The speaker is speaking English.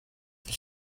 the